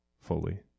fully